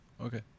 Okay